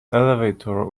elevator